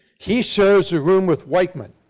he shares a room with weichmann.